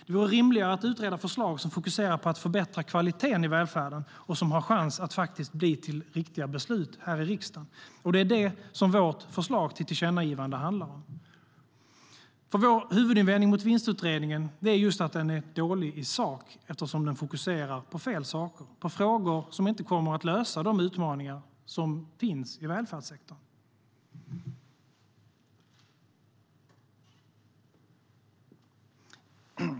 Det vore rimligare att utreda förslag som fokuserar på att förbättra kvaliteten i välfärden och som har chans att faktiskt bli till beslut här i riksdagen. Och det är det som vårt förslag till tillkännagivande handlar om. Vår huvudinvändning mot vinstutredningen är just att den är dålig i sak eftersom den fokuserar på fel saker, på frågor som inte kommer att lösa de utmaningar som finns i välfärdssektorn.